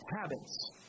habits